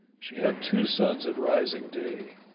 she had two sons at rising day,